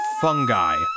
fungi